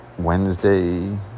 Wednesday